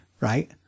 Right